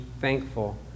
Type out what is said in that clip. thankful